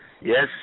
Yes